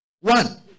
One